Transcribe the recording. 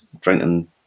drinking